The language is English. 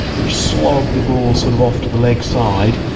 you slog the ball sort of off to the leg side,